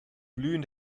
blühen